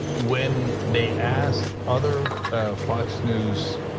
when they asked other fox news